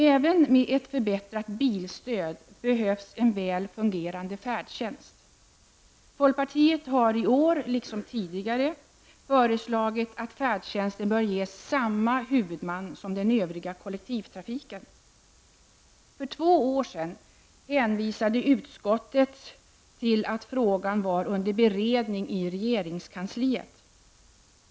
Även med ett förbättrat bilstöd behövs en väl fungerande färdtjänst. Folkpartiet har i år liksom tidigare föreslagit att färdtjänsten ges samma huvudman som den övriga kollektivtrafiken. För två år sedan hänvisade utskottet till att frågan var under beredning i regeringskansliet.